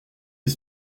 les